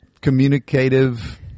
communicative